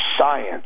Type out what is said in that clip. science